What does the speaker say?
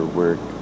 work